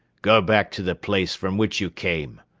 go back to the place from which you came,